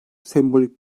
sembolik